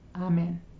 Amen